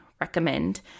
recommend